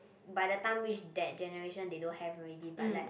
by the time reach that generation they don't have already but like